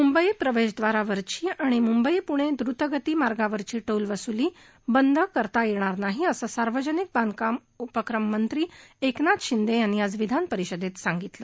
मुंबई प्रवेशद्वारावरील आणि मुंबई पुणे द्रतगती मार्गावरील टोल वसूली बंद करता येणार नाही असं सार्वजनिक बांधकाम उपक्रम मंत्री एकनाथ शिंदे यांनी आज विधानपरिषदेत सांगितलं